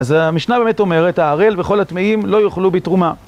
אז המשנה באמת אומרת, האראל וכל הטמאים לא יוכלו בתרומה.